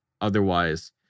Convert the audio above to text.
otherwise